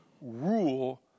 rule